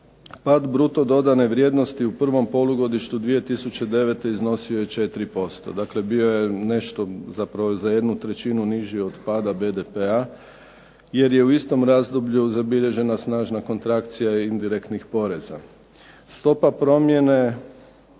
pad bruto dodane vrijednosti u prvom polugodištu 2009. iznosio je 4%, dakle bio je nešto, zapravo za jednu trećinu niži od pada BDP-a jer je u istom razdoblju zabilježena snažna kontrakcija indirektnih poreza. Stopa promjene